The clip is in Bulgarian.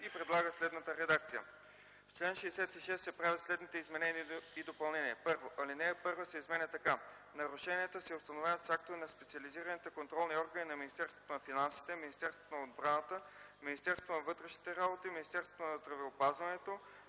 и предлага следната редакция: „§ 40. В чл. 66 се правят следните изменения и допълнения: 1. Алинея 1 се изменя така: „(1) Нарушенията се установяват с актове на специализираните контролни органи на Министерството на финансите, Министерството на отбраната, Министерството на вътрешните работи, Министерството на здравеопазването,